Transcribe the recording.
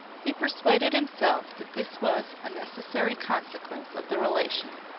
he persuaded himself that this was a necessary consequence of the relation,